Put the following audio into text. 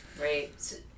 Right